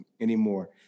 anymore